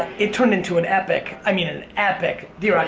it turned into an epic, i mean an epic. d.